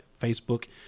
Facebook